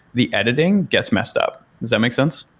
the editing gets messed up. does that make sense?